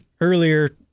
Earlier